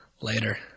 Later